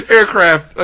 Aircraft